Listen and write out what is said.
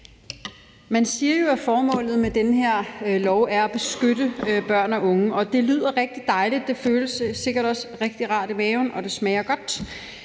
Man siger jo, at formålet med den her lov er at beskytte børn og unge, og det lyder rigtig dejligt, og det føles sikkert også rigtig rart i maven, og det smager godt,